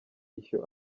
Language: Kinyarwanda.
ishyo